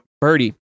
birdie